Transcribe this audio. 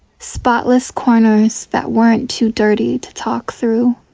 spotless corners that weren't too dirty to talk through